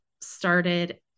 started